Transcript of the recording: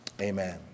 amen